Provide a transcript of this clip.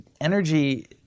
energy